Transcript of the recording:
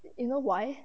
you know why